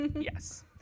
Yes